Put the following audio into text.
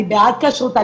אני בעד כשרות,